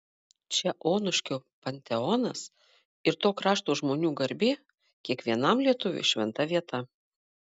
čia onuškio panteonas ir to krašto žmonių garbė kiekvienam lietuviui šventa vieta